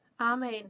Amen